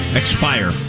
expire